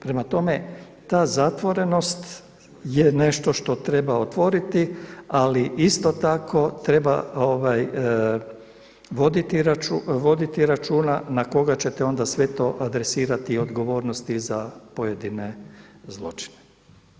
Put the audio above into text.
Prema tome, ta zatvorenost je nešto što treba otvoriti, ali isto tako treba voditi računa na koga ćete onda sve to adresirati odgovornosti za pojedine zločine.